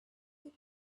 lit